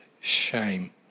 shame